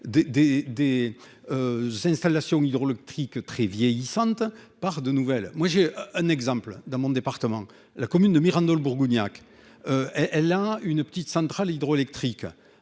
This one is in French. des installations hydroélectriques très vieillissante par de nouvelles, moi j'ai un exemple dans mon département, la commune de Mirandole Bourguignat qu'elle hein, une petite centrale hydroélectrique